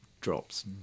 drops